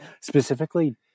specifically